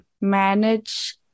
manage